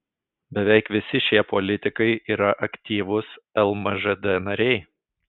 beveik visi šie politikai yra aktyvūs lmžd nariai